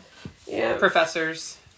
professors